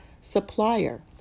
supplier